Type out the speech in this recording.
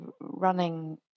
running